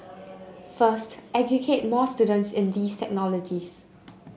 first educate more students in these technologies